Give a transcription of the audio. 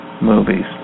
movies